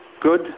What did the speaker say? good